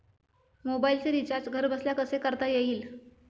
मोबाइलचे रिचार्ज घरबसल्या कसे करता येईल?